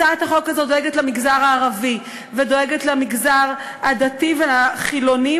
הצעת החוק הזאת דואגת למגזר הערבי ודואגת למגזר הדתי והחילוני,